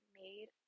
made